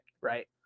Right